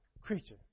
creature